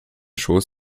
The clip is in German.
schoß